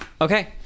okay